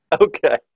Okay